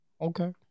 okay